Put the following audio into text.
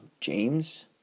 James